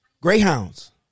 Greyhounds